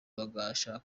hagashakwa